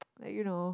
like you know